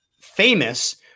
famous